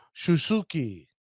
shusuki